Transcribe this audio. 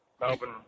Melbourne